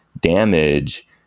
damage